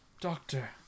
Doctor